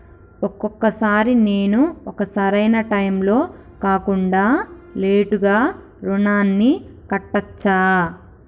ఒక్కొక సారి నేను ఒక సరైనా టైంలో కాకుండా లేటుగా రుణాన్ని కట్టచ్చా?